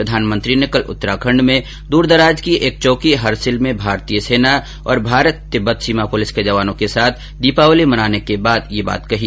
प्रधानमंत्री ने कल उत्तराखंड में दूर दराज की एक चौकी हरसिल में भारतीय सेना और भारत तिब्बत सीमा पुलिस के जवानों के साथ दीपावली मनाने के बाद ये बात कही